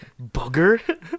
Bugger